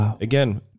again